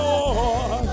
Lord